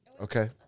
Okay